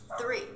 Three